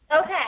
okay